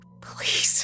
please